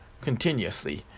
continuously